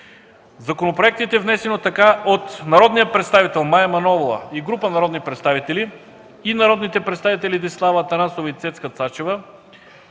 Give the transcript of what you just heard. законопроектите, внесени от народния представител Мая Манолова и група представители и от народните представители Десислава Атанасова и Цецка Цачева,